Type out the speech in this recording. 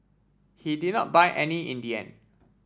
he did not buy any in the end